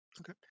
Okay